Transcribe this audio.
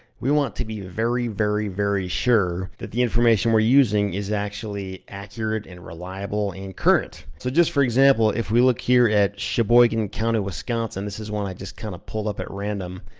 we want to be very, very, very sure that the information we're using is actually accurate and reliable and current. so, just for example, if we look here at sheboygan county, wisconsin, this is one that i just kind of pulled up at random,